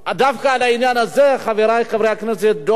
דווקא לעניין הזה, חברי חברי הכנסת, דב,